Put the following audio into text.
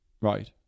Right